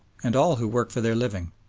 and all who work for their living.